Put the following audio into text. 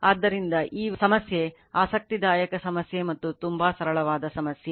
ಆದ್ದರಿಂದ ಈ ಸಮಸ್ಯೆ ಆಸಕ್ತಿದಾಯಕ ಸಮಸ್ಯೆ ಮತ್ತು ತುಂಬಾ ಸರಳವಾದ ಸಮಸ್ಯೆ